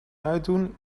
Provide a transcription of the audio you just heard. uitdoen